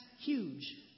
huge